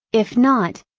if not,